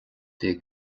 déag